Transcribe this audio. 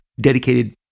dedicated